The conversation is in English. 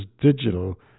digital